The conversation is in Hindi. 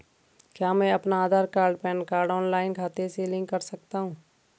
क्या मैं अपना आधार व पैन कार्ड ऑनलाइन खाते से लिंक कर सकता हूँ?